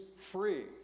free